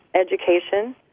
education